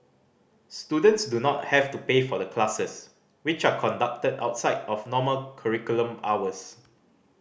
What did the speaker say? students do not have to pay for the classes which are conducted outside of normal curriculum hours